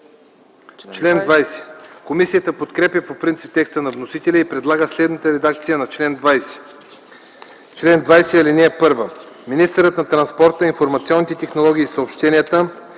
чл. 20 комисията подкрепя по принцип текста на вносителя и предлага следната редакция: „Чл. 20.(1) Министърът на транспорта, информационните технологии и съобщенията